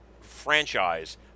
franchise